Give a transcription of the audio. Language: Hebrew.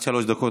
לצערנו,